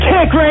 Kick